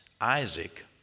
Isaac